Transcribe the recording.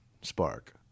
spark